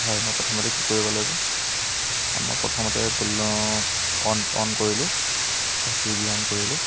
হয় মই প্ৰথমতে কি কৰিব লাগিব হয় মই প্ৰথমতে গুগল অন অন কৰিলোঁ হয় চুইগী অন কৰিলোঁ